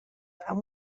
amb